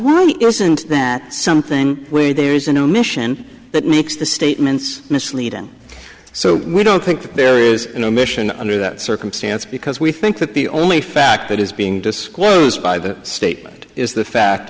why isn't that something where there is an omission that makes the statements misleading so we don't think that there is an omission under that circumstance because we think that the only fact that is being disclosed by the state is the fact